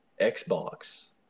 Xbox